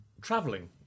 traveling